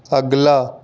अगला